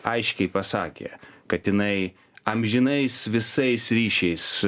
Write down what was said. aiškiai pasakė kad jinai amžinais visais ryšiais